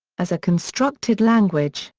as a constructed language,